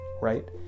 right